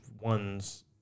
ones